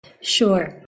Sure